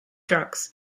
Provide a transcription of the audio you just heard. drugs